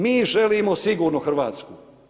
Mi želimo sigurnu Hrvatsku.